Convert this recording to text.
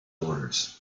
orders